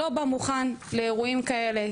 לא בא מוכן לאירועים כאלה.